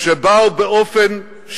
הם נרצחו על-ידי אנשים שבאו באופן שיטתי,